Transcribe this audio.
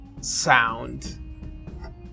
sound